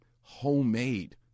homemade